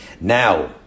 Now